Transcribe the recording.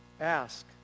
Ask